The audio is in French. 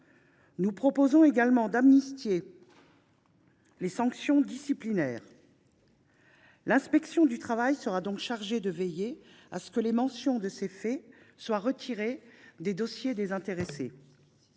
Nous proposons également d’amnistier les sanctions disciplinaires. L’inspection du travail serait donc chargée de veiller à ce que les mentions de ces faits soient retirées des dossiers des intéressés.